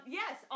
yes